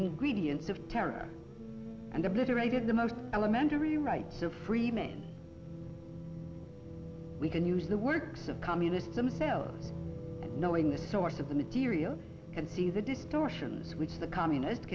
ingredients of terror and obliterated the most elementary rights of free men we can use the works of communists themselves knowing the source of the material and see the distortions which the communist